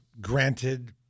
granted